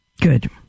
Good